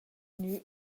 gnü